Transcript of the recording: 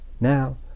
Now